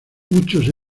muchos